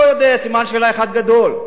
לא יודע, סימן שאלה אחד גדול.